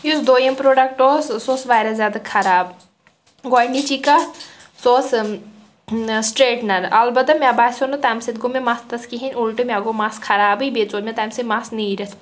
یُس دوٚیِم پرٛوڈکٹہٕ اوس ٲں سُہ اوس واریاہ زیادٕ خراب گۄڈٕنِچی کَتھ سُہ اوس سٹریٹنَر البتہ مےٚ باسیٛو نہٕ تَمہِ سۭتۍ گوٚو مےٚ مستَس کِہیٖنۍ اُلٹہٕ مےٚ گوٚو مَس خرابٕے بیٚیہِ ژوٚل مےٚ تَمہِ سۭتۍ مَس نیٖرِتھ